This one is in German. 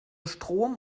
strom